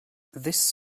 this